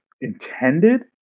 intended